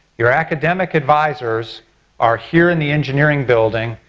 your academic advisors are here in the engineering building,